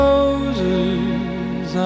Roses